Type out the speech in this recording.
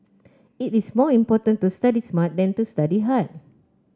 it is more important to study smart than to study hard